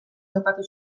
topatu